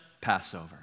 Passover